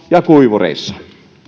ja kuivureissa myönnän